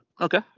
Okay